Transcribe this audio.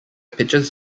pitches